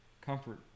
Comfort